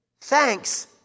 thanks